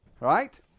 Right